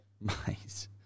Nice